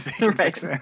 Right